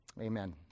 Amen